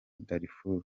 darfur